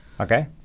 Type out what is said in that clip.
Okay